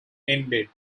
ended